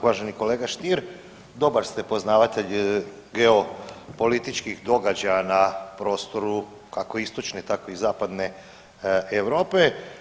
Uvaženi kolega Stier, dobar ste poznavatelj geopolitičkih događaja na prostoru kako istočne tako i zapadne Europe.